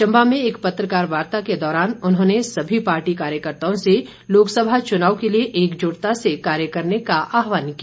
चम्बा में एक पत्रकार वार्ता के दौरान उन्होंने सभी पार्टी कार्यकर्त्ताओं से लोकसभा चुनाव के लिए एकजुटता से कार्य करने का आह्वान किया